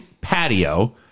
patio